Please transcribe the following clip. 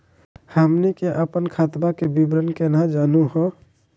हमनी के अपन खतवा के विवरण केना जानहु हो?